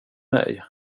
mig